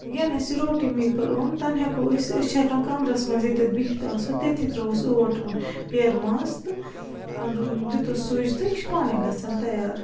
یَنہٕ اَسہِ یہِ روٹی میکَر اوٚن تَنہٕ ہٮ۪کو أسۍ أسۍ چھِ ہٮ۪کان کَمرَس منٛز ییٚتٮ۪تھ بیٚہِتھ آسو تٔتھی ترٛاہوس اوٹ پیرٕ منٛز تہٕ دِتُس سُچ تہٕ یہِ چھِ پانَے گژھان تیار